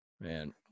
Man